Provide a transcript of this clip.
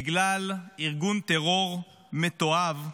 בגלל ארגון טרור מתועב,